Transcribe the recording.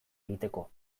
egiteko